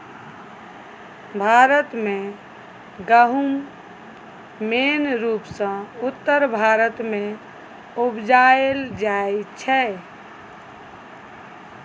भारत मे गहुम मेन रुपसँ उत्तर भारत मे उपजाएल जाइ छै